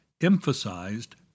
emphasized